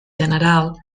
general